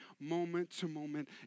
moment-to-moment